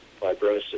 fibrosis